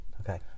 Okay